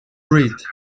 read